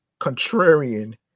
contrarian